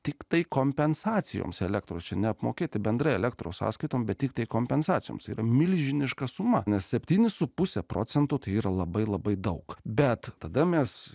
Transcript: tiktai kompensacijoms elektros neapmokėti bendrai elektros sąskaitoms bet tiktai kompensacijoms yra milžiniška suma nes septynis su puse procento tai yra labai labai daug bet tada mes